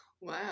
Wow